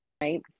Right